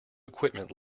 equipment